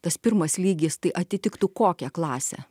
tas pirmas lygis tai atitiktų kokią klasę